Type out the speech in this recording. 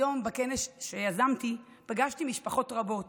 היום, בכנס שיזמתי, פגשתי משפחות רבות